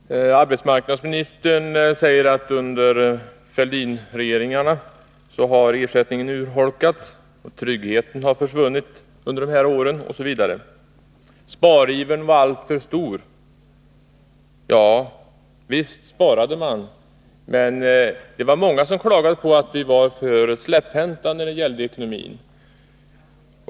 Herr talman! Arbetsmarknadsministern säger att ersättningen har urholkats under Fälldinregeringarnas tid, att tryggheten har försvunnit osv. Sparivern var alltför stor, sade hon också. Ja, visst sparade man, men det fanns ändå många som klagade på att vi var för släpphänta när det gällde ekonomin.